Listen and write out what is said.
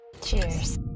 Cheers